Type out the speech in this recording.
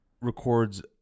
records